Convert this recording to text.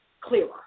clearer